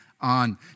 on